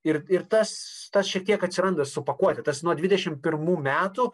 ir ir tas šiek tiek atsiranda su pakuote tas nuo dvidešimt pirmų metų